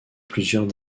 plusieurs